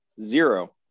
Zero